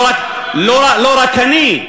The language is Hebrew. לא רק אני.